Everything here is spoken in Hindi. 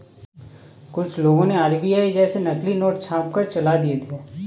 कुछ लोगों ने आर.बी.आई जैसे नकली नोट छापकर चला दिए थे